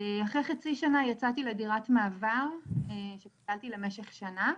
אחרי חצי שנה ששהיתי שם יצאתי לדירת מעבר שקיבלתי למשך שנה,